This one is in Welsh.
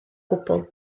gwbl